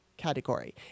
category